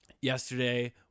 yesterday